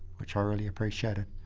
which i really appreciated.